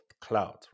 cloud